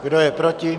Kdo je proti?